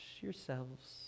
yourselves